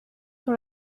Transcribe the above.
sur